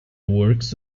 works